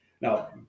Now